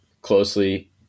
closely